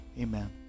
Amen